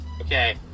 Okay